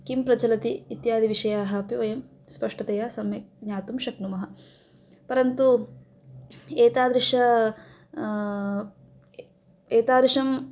किं प्रचलति इत्यादि विषयाः अपि वयं स्पष्टतया सम्यक् ज्ञातुं शक्नुमः परन्तु एतादृशं एतादृशं